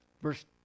verse